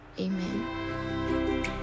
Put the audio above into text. Amen